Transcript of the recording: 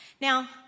Now